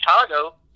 Chicago